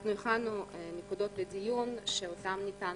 אנחנו הכנו נקודות לדיון שאותן ניתן